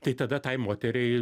tai tada tai moteriai